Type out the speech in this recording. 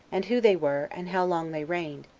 and who they were, and how long they reigned,